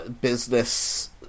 business